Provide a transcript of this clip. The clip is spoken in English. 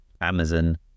amazon